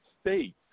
states